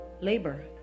labor